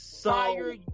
fire